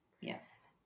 Yes